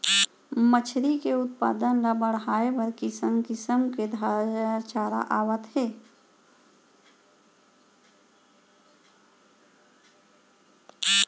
मछरी के उत्पादन ल बड़हाए बर किसम किसम के चारा आवत हे